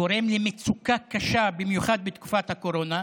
זה גורם למצוקה קשה במיוחד בתקופת הקורונה,